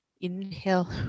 Inhale